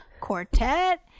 quartet